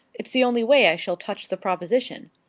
it's the only way i shall touch the proposition.